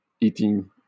eating